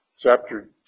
chapter